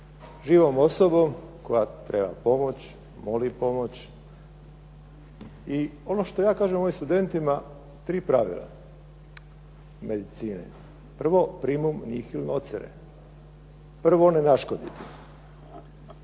živom osobom koja treba pomoć, moli pomoć. I ono što ja kažem ovim studentima tri pravila medicine. Prvo, primum nihil nocere, prvo ne naškoditi.